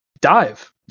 dive